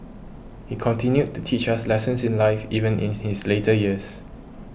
he continued to teach us lessons in life even in his later years